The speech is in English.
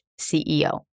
CEO